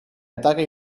ataque